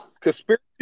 conspiracy